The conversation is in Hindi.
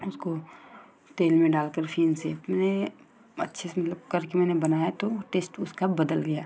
उसको तेल में डालकर फिर से मैंने अच्छे से मतलब करके मैंने बनाया तो टेस्ट उसका बदल गया